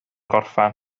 gorffen